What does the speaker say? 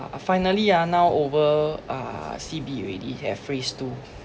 finally ah now over uh C_B already have free stool